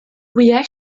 wyau